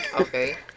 Okay